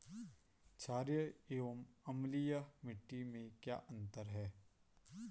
छारीय एवं अम्लीय मिट्टी में क्या अंतर है?